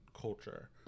culture